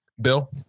Bill